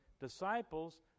Disciples